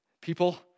people